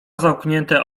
zamknięte